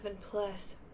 plus